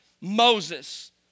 Moses